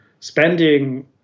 spending